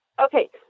Okay